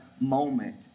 moment